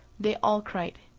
they all cried,